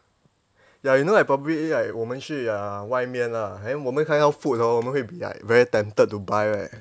ya you know like probably like 我们去 uh 外面啦好像我们看到 food hor 我们会 be like very tempted to buy right